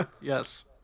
Yes